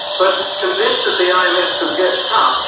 but convinced that the um imf could get tough,